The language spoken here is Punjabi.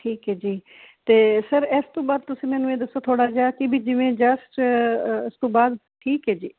ਠੀਕ ਐ ਜੀ ਤੇ ਸਰ ਇਸ ਤੋਂ ਬਾਅਦ ਤੁਸੀਂ ਮੈਨੂੰ ਇਹ ਦੱਸੋ ਥੋੜਾ ਜਿਹਾ ਕਿ ਜਿਵੇਂ ਜਸਟ ਉਸ ਤੋਂ ਬਾਅਦ ਠੀਕ ਹੈ ਜੀ